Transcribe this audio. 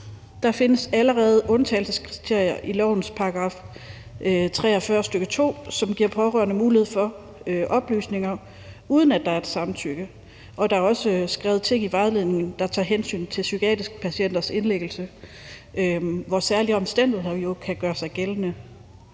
Der findes allerede undtagelseskriterier i lovens § 43, stk. 2, som giver pårørende mulighed for at få oplysninger, uden at der er et samtykke, og der er også skrevet ting i vejledningen, der tager hensyn til psykiatriske patienters indlæggelse, hvor særlige omstændigheder jo kan gøre sig gældende.